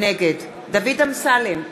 נגד דוד אמסלם,